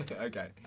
Okay